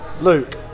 Luke